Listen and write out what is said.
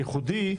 הוא דיון ייחודי,